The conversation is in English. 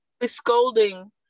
scolding